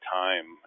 time